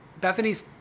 Bethany's